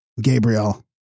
Gabriel